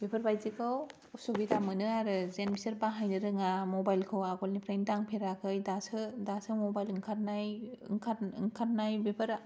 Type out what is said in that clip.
बेफोरबादिखौ उसुबिदा मोनो आरो जेन बिसोर बाहायनो रोङा मबाइलखौ आगोलनिफ्रायनो दांफेराखै दासो मबाइल ओंखारनाय ओंखार ओंखारनाय बेफोर